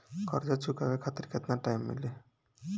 कर्जा चुकावे खातिर केतना टाइम मिली?